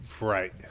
Right